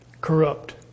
corrupt